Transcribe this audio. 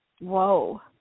Whoa